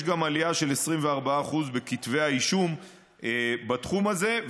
יש גם עלייה של 24% בכתבי האישום בתחום הזה.